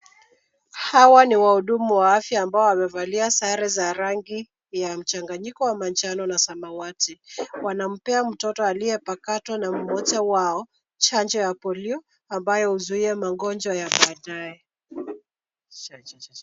Hawa ni wahudumu wa afya ambao wamevalia sare za rangi ya mchanganyiko wa manjano na samawati. Wanampea mtoto aliyepakatwa na mmoja wao chanjo ya Polio ambayo huzuia magonjwa ya baadaye.